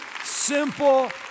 simple